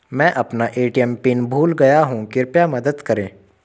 मैं अपना ATM pin भूल गया हूँ कृपया मदद करें